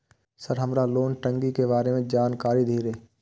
Sir हमरा loan टंगी के बारे में जान कारी धीरे?